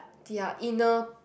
their inner